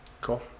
Cool